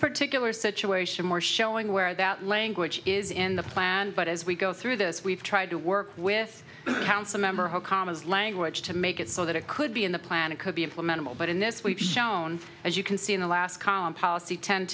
particular situation more showing where that language is in the plan but as we go through this we've tried to work with council member how common is language to make it so that it could be in the plan it could be implementable but in this we've shown as you can see in the last column policy tend